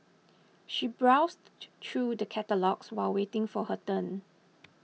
she browsed through the catalogues while waiting for her turn